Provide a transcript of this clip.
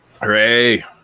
hooray